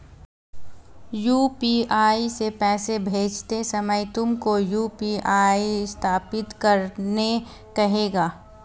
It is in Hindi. यू.पी.आई से पैसे भेजते समय तुमको यू.पी.आई सत्यापित करने कहेगा